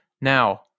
Now